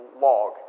log